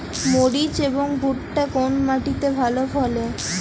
মরিচ এবং ভুট্টা কোন মাটি তে ভালো ফলে?